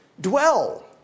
Dwell